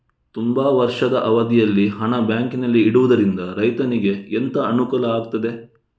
ತುಂಬಾ ವರ್ಷದ ಅವಧಿಯಲ್ಲಿ ಹಣ ಬ್ಯಾಂಕಿನಲ್ಲಿ ಇಡುವುದರಿಂದ ರೈತನಿಗೆ ಎಂತ ಅನುಕೂಲ ಆಗ್ತದೆ?